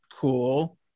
Cool